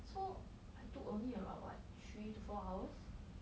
so I took only about what three to four hours